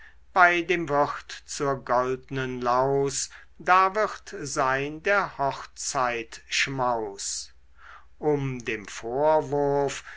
bei dem wirt zur goldnen laus da wird sein der hochzeitschmaus um dem vorwurf